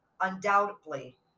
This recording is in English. Undoubtedly